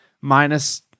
minus